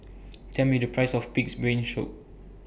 Tell Me The Price of Pig'S Brain shoe